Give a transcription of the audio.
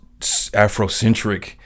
Afrocentric